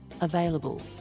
available